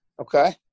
Okay